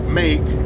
make